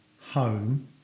home